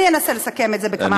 אני אנסה לסכם את זה בכמה משפטים.